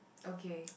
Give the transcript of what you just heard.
okay